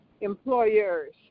employers